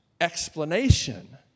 explanation